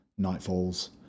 Nightfalls